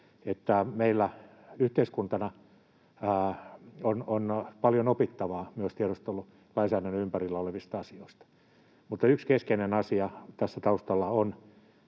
että meillä yhteiskuntana on paljon opittavaa myös tiedustelulainsäädännön ympärillä olevista asioista, mutta yksi keskeinen asia tässä taustalla on